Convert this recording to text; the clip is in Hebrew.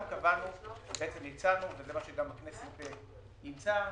הצענו, והכנסת גם אימצה,